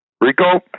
Rico